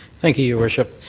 thank you your worship.